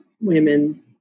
women